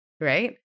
Right